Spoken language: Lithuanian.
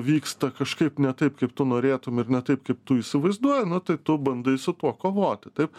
vyksta kažkaip ne taip kaip tu norėtum ir ne taip kaip tu įsivaizduoji nu tai tu bandai su tuo kovoti taip